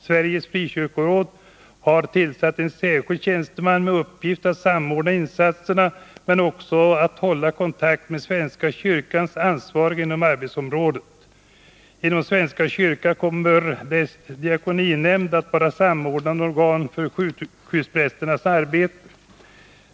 Sveriges frikyrkoråd har tillsatt en särskild tjänsteman med uppgift att samordna insatserna men också att hålla kontakt med svenska kyrkans ansvariga inom arbetsområdet. Inom svenska kyrkan kommer dess diakoni nämnd att vara samordnande organ för sjukhusprästernas arbete.